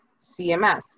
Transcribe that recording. CMS